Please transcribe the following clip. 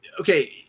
Okay